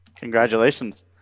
Congratulations